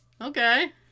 Okay